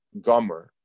gummer